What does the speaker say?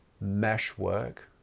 meshwork